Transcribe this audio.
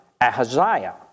Ahaziah